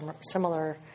similar